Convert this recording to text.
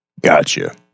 Gotcha